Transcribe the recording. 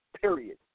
period